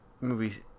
movies